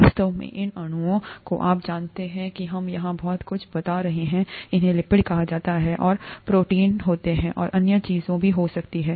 वास्तव में इन अणुओं को आप जानते हैं कि हम यहां बहुत कुछ बता रहे हैं इन्हें लिपिड कहा जाता है और प्रोटीन होते हैं और अन्य चीजें भी हो सकती हैं